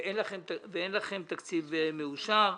ואין לכם תקציב מאושר.